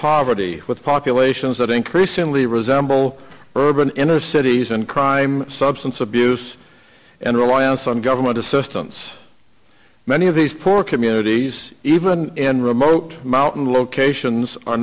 poverty with populations that increasingly resemble urban inner cities and crime substance abuse and reliance on government assistance many of these poor communities even in remote mountain locations are